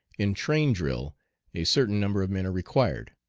in train drill a certain number of men are required.